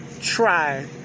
try